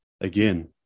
again